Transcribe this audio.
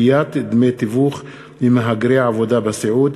בנושא: גביית דמי תיווך ממהגרי עבודה בסיעוד.